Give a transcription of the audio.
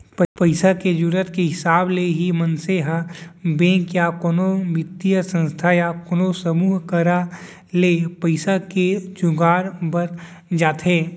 पइसा के जरुरत के हिसाब ले ही मनसे ह बेंक या कोनो बित्तीय संस्था या कोनो समूह करा ले पइसा के जुगाड़ बर जाथे